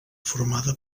formada